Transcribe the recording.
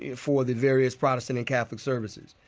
yeah for the various protestant and catholic services.